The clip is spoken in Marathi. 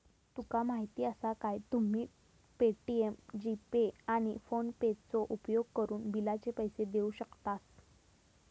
तुका माहीती आसा काय, तुम्ही पे.टी.एम, जी.पे, आणि फोनेपेचो उपयोगकरून बिलाचे पैसे देऊ शकतास